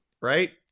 right